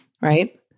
Right